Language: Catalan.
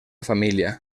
família